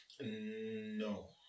No